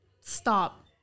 stop